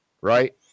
Right